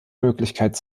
möglichkeiten